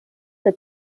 the